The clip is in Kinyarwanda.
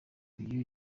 uyu